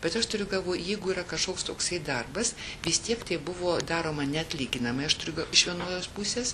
bet aš turiu galvoj jeigu yra kažkoks toksai darbas vis tiek tai buvo daroma neatlyginamai aš turiu ga iš vienos pusės